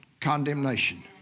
condemnation